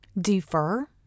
defer